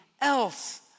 else